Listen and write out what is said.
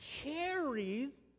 carries